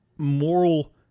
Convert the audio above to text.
Moral